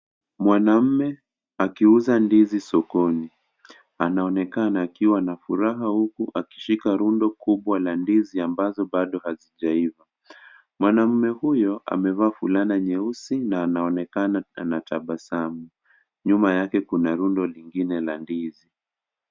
Mwanaume akiuza ndizi sokoni anaonekana akiwa na furaha huku akishika rundo kubwa la ndizi ambazo hazijaiva mwanaume huyo amevaa fulana nyeusi na anaonekana anatabasamu, nyuma kuna rundo lingine la ndizi.